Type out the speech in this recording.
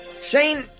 Shane